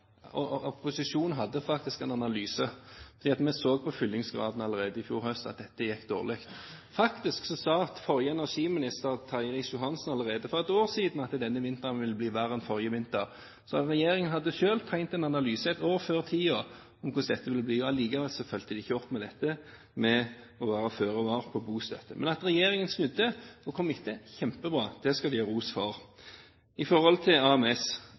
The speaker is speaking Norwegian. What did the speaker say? Ja, opposisjonen hadde faktisk en analyse, for vi så på fyllingsgraden allerede i fjor høst at det gikk dårlig. Faktisk sa forrige energiminister, Terje Riis-Johansen, allerede for ett år siden at denne vinteren ville bli verre enn forrige vinter, så regjeringen hadde selv trengt en analyse et år før tiden om hvordan dette ville bli. Likevel fulgte de ikke opp med å være føre var med bostøtte. Men at regjeringen snudde og kom etter, var kjempebra. Det skal de ha ros for. Når det gjelder AMS: